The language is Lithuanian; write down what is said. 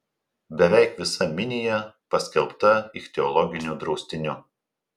beveik visa minija paskelbta ichtiologiniu draustiniu